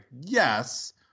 yes